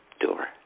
door